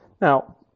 Now